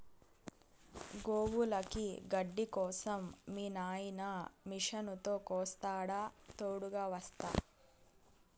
గోవులకి గడ్డి కోసం మీ నాయిన మిషనుతో కోస్తాడా తోడుగ వస్తా